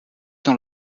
dans